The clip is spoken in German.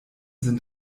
sind